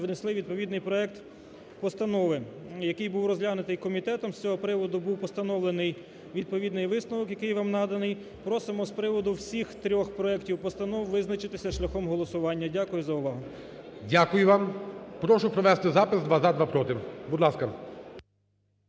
внесли відповідний проект постанови, який був розглянутий комітетом. З цього приводу був постановлений відповідний висновок, який вам наданий. Просимо з приводу всіх трьох проектів постанов визначитися шляхом голосування. Дякую за увагу. ГОЛОВУЮЧИЙ. Дякую вам. Прошу провести запис: два – за, два – проти. Будь ласка.